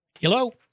Hello